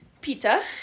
pita